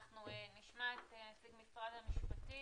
אנחנו נשמע את נציג משרד המשפטים,